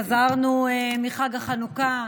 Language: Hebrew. חזרנו מחג החנוכה,